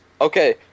Okay